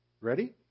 Ready